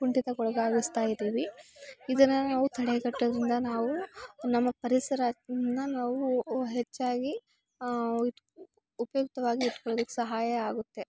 ಕುಂಠಿತಗೊಳಗಾಗ್ಸತ ಇದೀವಿ ಇದನ್ನ ನಾವು ತಡೆಗಟ್ಟೋದ್ರಿಂದ ನಾವು ನಮ್ಮ ಪರಿಸರ ನಾವೂ ಹೆಚ್ಚಾಗಿ ಇಟ್ಟು ಉಪಯುಕ್ತವಾಗಿ ಇಟ್ಕೋಳೊಕೆ ಸಹಾಯ ಆಗುತ್ತೆ